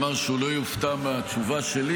אדוני היושב-ראש אמר שהוא לא יופתע מהתשובה שלי,